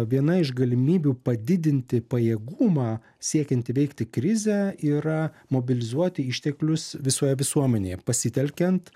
viena iš galimybių padidinti pajėgumą siekiant įveikti krizę yra mobilizuoti išteklius visoje visuomenėje pasitelkiant